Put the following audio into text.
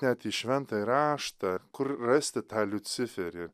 net į šventąjį raštą kur rasti tą liuciferį